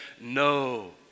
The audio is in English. no